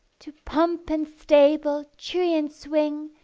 to pump and stable, tree and swing,